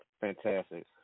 Fantastic